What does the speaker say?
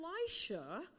Elisha